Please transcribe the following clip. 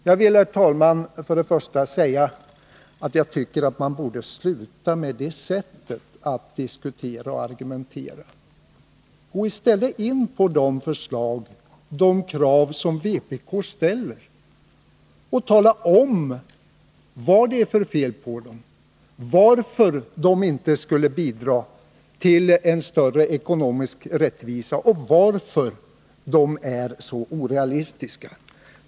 Jag vill här säga att jag tycker att man borde sluta med det sättet att diskutera och argumentera. Gå i stället in på de krav som vpk ställer och tala om vad det är för fel på dem, varför de inte skulle bidra till en större ekonomisk rättvisa och varför de är så orealistiska!